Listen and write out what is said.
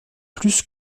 plus